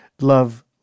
Love